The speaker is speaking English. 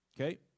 Okay